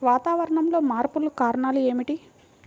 వాతావరణంలో మార్పులకు కారణాలు ఏమిటి?